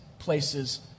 places